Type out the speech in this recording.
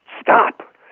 stop